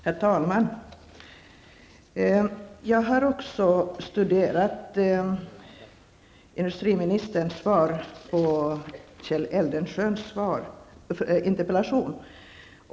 Herr talman! Jag har också studerat industriministerns svar på Kjell Eldensjös interpellation.